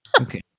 Okay